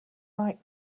like